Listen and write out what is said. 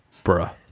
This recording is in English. bruh